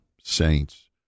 saints